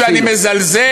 אמרתי שאני מזלזל,